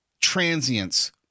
transients